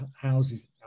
houses